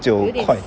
九块